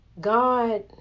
God